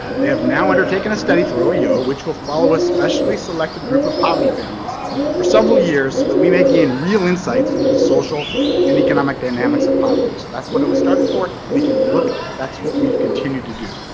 they have now undertaken a study for ah oeo which will follow a specially selected group of poverty families for several years so that we may gain real insights into the social and economic dynamics of poverty. so that's what it was started for and if you look that's what we've continued do.